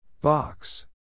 Box